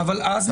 בסדר, ברור.